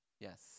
Yes